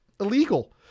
illegal